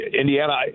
Indiana